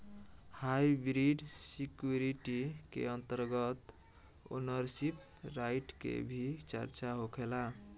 hybrid security के अंतर्गत ownership right के भी चर्चा होखेला